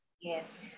yes